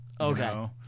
okay